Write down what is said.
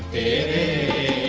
a